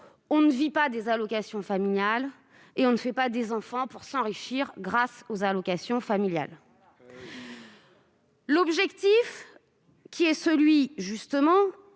on ne vit pas des allocations familiales ; on ne fait pas des enfants pour s'enrichir grâce aux allocations familiales ! La volonté de lutter